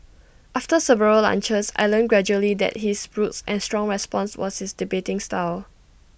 after several lunches I learnt gradually that his brusque and strong response was his debating style